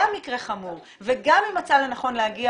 גם מקרה חמור וגם היא מצאה לנכון להגיע